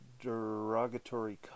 derogatory